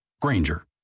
Granger